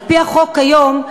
על-פי החוק כיום,